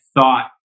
thought